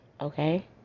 Okay